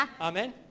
Amen